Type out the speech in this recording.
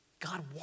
God